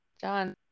John